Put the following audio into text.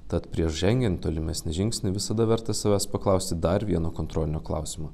tad prieš žengiant tolimesnį žingsnį visada verta savęs paklausti dar vieno kontrolinio klausimo